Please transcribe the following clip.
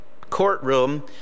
courtroom